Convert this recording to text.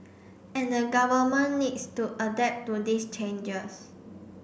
and the Government needs to adapt to these changes